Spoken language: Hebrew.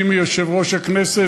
זה מצווה לעבד את הקרקע.